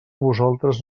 vosaltres